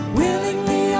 willingly